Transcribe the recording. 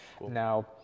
Now